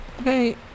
okay